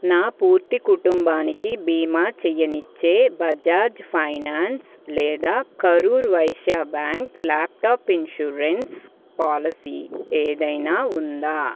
నా పూర్తి కుటుంబానికి బీమా చేయనిచ్చే బజాజ్ ఫైనాన్స్ లేదా Karur Vysya bank laptop insurance policy ఏదైనా ఉందా